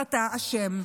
אז אתה אשם.